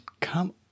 Come